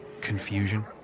confusion